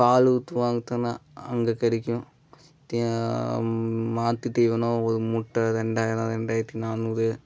பால் ஊற்றி வாங்கிறத்துக்குனா அங்கே கிடைக்கும் மாட்டுத் தீவனம் ஒரு மூட்டை ரெண்டாயிரம் ரெண்டாயிரத்து நானூறு